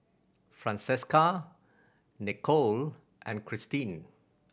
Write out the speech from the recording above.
Francesca Nichole and Christine